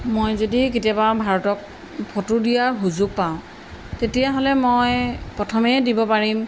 মই যদি কেতিয়াবা ভাৰতক ফটো দিয়াৰ সুযোগ পাওঁ তেতিয়াহ'লে মই প্ৰথমেই দিব পাৰিম